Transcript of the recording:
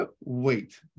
wait